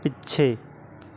ਪਿੱਛੇ